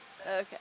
Okay